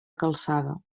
calçada